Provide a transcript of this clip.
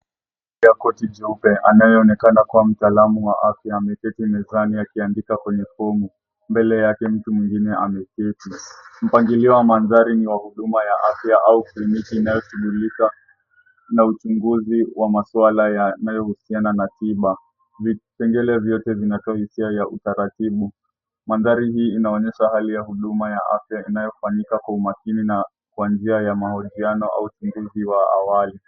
Mandhari ya picha inaonyesha huduma ya afya au sehemu ya tiba inayohusiana na uchunguzi wa masuala ya tiba, ikiwa imepangwa kwa utaratibu mzuri. Mandhari hii inaonyesha hali ya utoaji wa huduma ya afya unaofanyika kwa umakini kupitia mahojiano au uchunguzi wa awali.